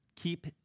Keep